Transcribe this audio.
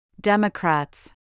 Democrats